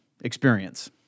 experience